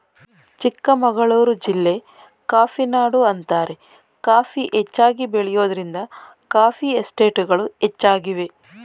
ಚಿಕ್ಕಮಗಳೂರು ಜಿಲ್ಲೆ ಕಾಫಿನಾಡು ಅಂತಾರೆ ಕಾಫಿ ಹೆಚ್ಚಾಗಿ ಬೆಳೆಯೋದ್ರಿಂದ ಕಾಫಿ ಎಸ್ಟೇಟ್ಗಳು ಹೆಚ್ಚಾಗಿವೆ